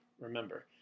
remember